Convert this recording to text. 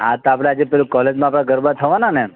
હા તો આપણે આજે પેલું કોલેજમાં આપણા ગરબા થવાના ને એમ